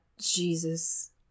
jesus